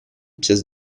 pièces